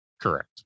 Correct